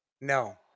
No